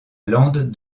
lande